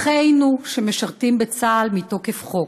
אחינו שמשרתים בצה"ל מתוקף חוק.